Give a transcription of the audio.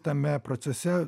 tame procese